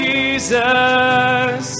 Jesus